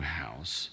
house